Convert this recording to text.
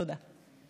תודה.